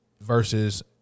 Versus